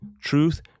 Truth